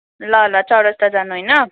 ल ल चौरास्ता जानु होइन